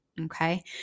Okay